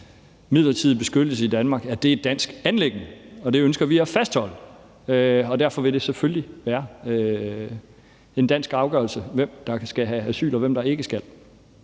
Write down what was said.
midlertidig beskyttelse i Danmark, er et dansk anliggende, og det ønsker vi at fastholde. Og derfor vil det selvfølgelig være en dansk afgørelse, hvem der skal have asyl, og hvem der ikke skal.